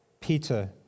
Peter